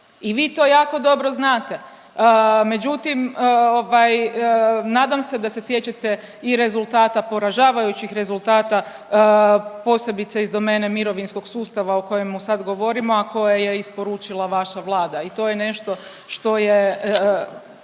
i vi to jako dobro znate. Međutim, ovaj nadam se da se sjećate i rezultata, poražavajućih rezultata posebice iz domene mirovinskog sustava o kojemu sad govorimo, a koje je isporučila vaša vlada. I to je nešto što je,